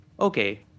okay